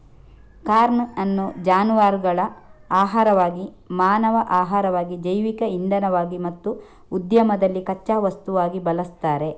corn ಅನ್ನು ಜಾನುವಾರುಗಳ ಆಹಾರವಾಗಿ, ಮಾನವ ಆಹಾರವಾಗಿ, ಜೈವಿಕ ಇಂಧನವಾಗಿ ಮತ್ತು ಉದ್ಯಮದಲ್ಲಿ ಕಚ್ಚಾ ವಸ್ತುವಾಗಿ ಬಳಸ್ತಾರೆ